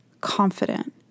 confident